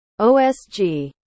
OSG